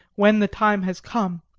when the time has come.